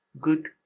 good